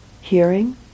Hearing